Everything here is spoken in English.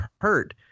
hurt